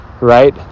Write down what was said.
right